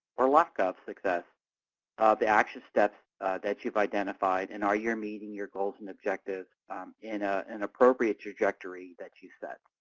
or lack of success of the action steps that you've identified, and are you meeting your goals and objectives in ah an appropriate trajectory that you set?